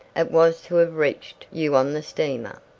it was to have reached you on the steamer.